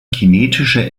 kinetische